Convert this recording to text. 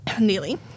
nearly